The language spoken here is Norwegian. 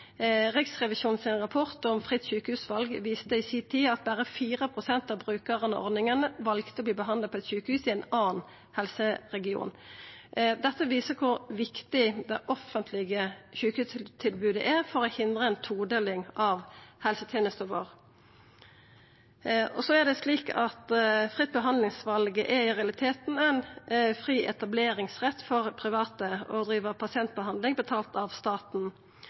rapport om fritt sjukehusval viste i si tid at berre 4 pst. av brukarane av ordninga valde å verta behandla på eit sjukehus i ein annan helseregion. Dette viser kor viktig det offentlege sjukehustilbodet er for å hindra ei todeling av helsetenesta vår. Fritt behandlingsval er i realiteten ein fri etableringsrett for private til å driva pasientbehandling betalt av staten.